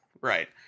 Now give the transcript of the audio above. Right